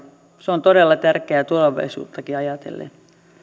se on todella tärkeää tulevaisuuttakin ajatellen